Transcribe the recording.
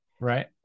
right